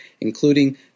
including